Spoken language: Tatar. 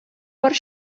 бар